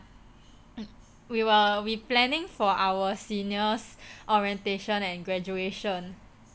we were we planning for our senior's orientation and graduation